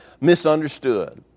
misunderstood